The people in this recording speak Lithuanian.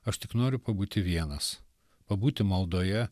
aš tik noriu pabūti vienas pabūti maldoje